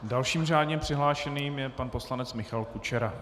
Dalším řádně přihlášeným je pan poslanec Michal Kučera.